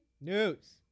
News